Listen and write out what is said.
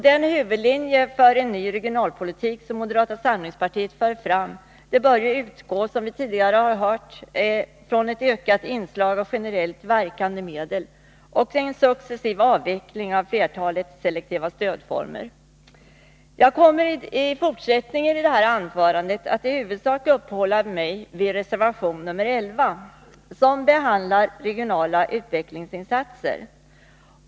Den huvudlinje för en ny regionalpolitik som moderata samlingspartiet för fram utgår från ett ökat inslag av generellt verkande medel och en successiv avveckling av flertalet selektiva stödformer. Jag kommer i detta anförande fortsättningsvis att i huvudsak uppehålla mig vid reservation 11 som behandlar regionala utvecklingsinsatser.